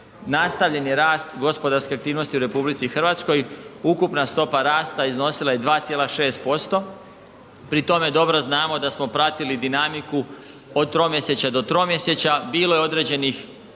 nastavljen je rast gospodarske aktivnosti u RH. Ukupna stopa rasta iznosila je 2,6% pri tome dobro znamo da smo pratili dinamiku od tromjesečja do tromjesečja, bilo je tromjesečja